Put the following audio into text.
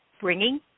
bringing